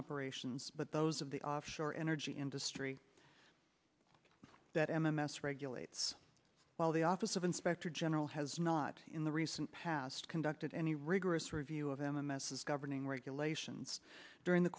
operations but those of the offshore energy industry that m m s regulates while the office of inspector general has not in the recent past conducted any rigorous review of m m s is governing regulations during the